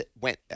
went